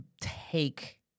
take